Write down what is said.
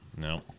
no